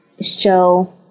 show